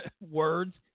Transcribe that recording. words